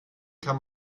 kann